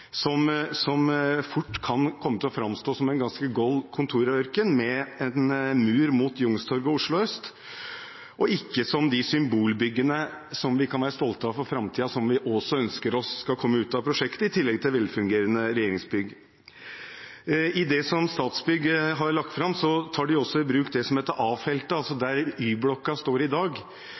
en mur mot Youngstorget og Oslo øst, og ikke som de symbolbyggene vi kan være stolte av for framtiden og som vi ønsker oss skal komme ut av prosjektet, i tillegg til velfungerende regjeringsbygg. I det som Statsbygg har lagt fram, tar de også i bruk det som heter A-feltet, altså der Y-blokka står i dag.